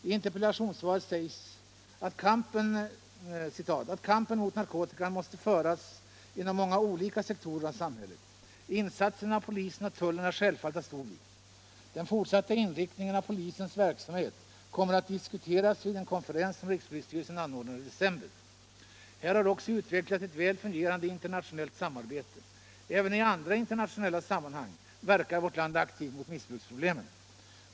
I interpellationssvaret sägs att ”kampen mot narkotika måste föras inom många olika sektorer av samhället. Insatserna av polisen och tullen är självfallet av stor vikt. Den fortsatta inriktningen av polisens verksamhet kommer att diskuteras vid en konferens som rikspolisstyrelsen anordnar i december. Här har också utvecklats ett väl fungerande internationellt samarbete. Även i andra internationella sammanhang verkar vårt land aktivt mot missbruksproblemen.